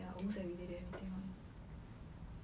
ya almost every day they have meeting lor